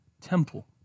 temple